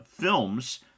films